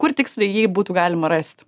kur tiksliai jei būtų galima rasti